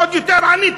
עוד יותר עני?